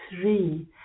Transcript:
three